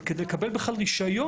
אבל כדי לקבל בכלל רישיון,